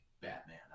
Batman